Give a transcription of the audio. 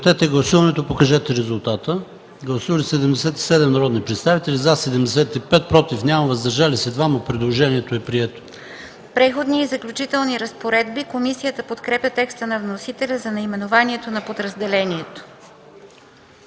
„Преходни и заключителни разпоредби”. Комисията подкрепя текста на вносителя за наименованието.